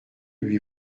lui